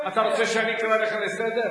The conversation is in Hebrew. אתה רוצה שאני אקרא אותך לסדר?